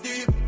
deep